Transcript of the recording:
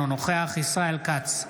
אינו נוכח ישראל כץ,